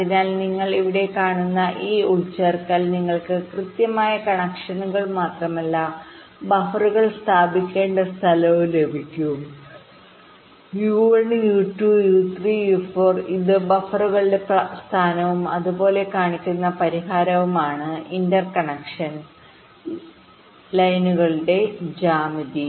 അതിനാൽ നിങ്ങൾ ഇവിടെ കാണുന്ന ഈ ഉൾച്ചേർക്കൽ നിങ്ങൾക്ക് കൃത്യമായ കണക്ഷനുകൾ മാത്രമല്ല ബഫറുകൾ സ്ഥാപിക്കേണ്ട സ്ഥലവും ലഭിക്കും U1 U2 U3 U4 ഇത് ബഫറുകളുടെ സ്ഥാനവും അതുപോലെ കാണിക്കുന്ന പരിഹാരമാണ് ഇന്റർകണക്ഷൻലൈനുകളുടെ ജ്യാമിതി